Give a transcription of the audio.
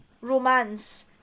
romance